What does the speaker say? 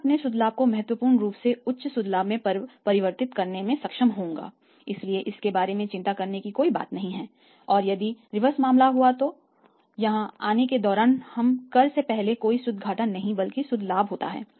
मैं अपने शुद्ध लाभ को महत्वपूर्ण रूप से उच्च शुद्ध लाभ में परिवर्तित करने में सक्षम होऊंगा इसलिए इसके बारे में चिंता करने की कोई बात नहीं है और यदि रिवर्स मामला हुआ तो तरह यहां आने के दौरान हमें कर से पहले कोई शुद्ध घाटा नहीं बल्कि शुद्ध लाभ होता है